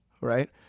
right